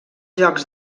jocs